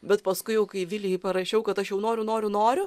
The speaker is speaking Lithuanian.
bet paskui jau kai vilijai parašiau kad aš jau noriu noriu noriu